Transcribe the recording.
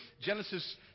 Genesis